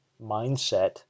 mindset